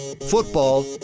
Football